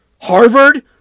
Harvard